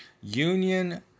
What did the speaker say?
Union